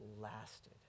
lasted